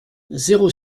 zéro